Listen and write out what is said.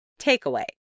Takeaway